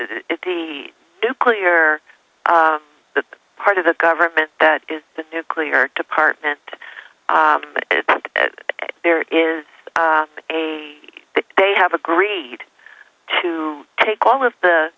the nuclear the part of the government that is the nuclear department there is a that they have agreed to take all of the